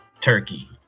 turkey